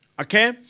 Okay